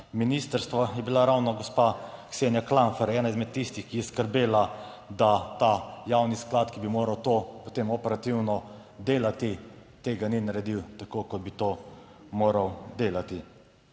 ministrstva je bila ravno gospa Ksenija Klampfer ena izmed tistih, ki je skrbela, da ta javni sklad, ki bi moral to potem operativno delati, tega ni naredil tako, kot bi to moral delati.